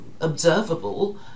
observable